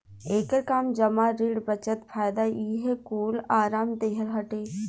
एकर काम जमा, ऋण, बचत, फायदा इहे कूल आराम देहल हटे